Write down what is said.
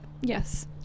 Yes